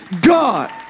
God